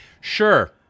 sure